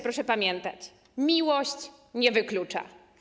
Proszę pamiętać: miłość nie wyklucza.